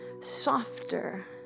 softer